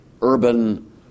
urban